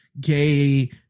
gay